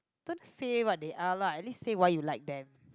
don't say what they are lah at least say why you like them